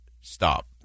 stop